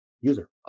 user